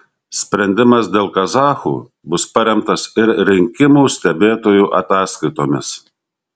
sprendimas dėl kazachų bus paremtas ir rinkimų stebėtojų ataskaitomis